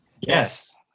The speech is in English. Yes